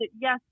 yes